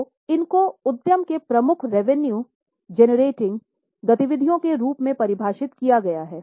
तो इनको उद्यम के प्रमुख रेवेनुए गतिविधियों के रूप में परिभाषित किया गया है